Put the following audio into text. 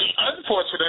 unfortunate